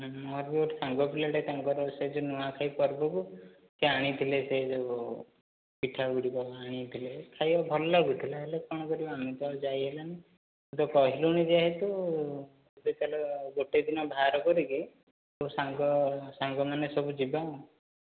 ମୋର ଗୋଟେ ସାଙ୍ଗ ପିଲାଟା ତାଙ୍କର ସେ ଯୋଉ ନୁଆଖାଇ ପର୍ବକୁ ସେ ଆଣିଥିଲେ ସେ ଯୋଉ ପିଠା ଗୁଡ଼ିକ ଆଣିଥିଲେ ଖାଇବାକୁ ଭଲ ଲାଗୁଥିଲା ହେଲେ କ'ଣ କରିବା ଆମେ ତ ଆଉ ଯାଇ ହେଲାନି ତୁ କହିଲୁଣି ଯେହେତୁ ତାହେଲେ ଗୋଟେ ଦିନ ବାହାର କରିକି ତୋ ସାଙ୍ଗ ସାଙ୍ଗମାନେ ସବୁ ଯିବା